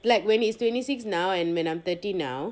like when he's twenty six now and when I'm thirty now